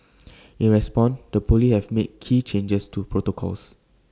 in response the Police have made key changes to protocols